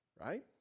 right